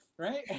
right